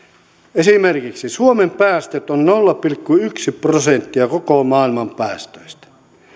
esimerkiksi suomen päästöt ovat nolla pilkku yksi prosenttia koko maailman päästöistä